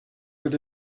that